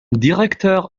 directeur